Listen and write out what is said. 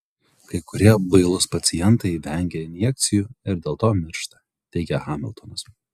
kai kurie bailūs pacientai vengia injekcijų ir dėl to miršta teigia hamiltonas